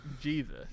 Jesus